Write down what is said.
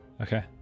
Okay